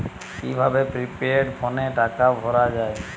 কি ভাবে প্রিপেইড ফোনে টাকা ভরা হয়?